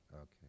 Okay